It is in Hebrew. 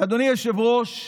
אדוני היושב-ראש,